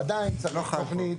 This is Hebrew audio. עדיין צריך תוכנית,